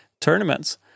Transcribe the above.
tournaments